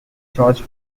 george